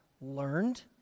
learned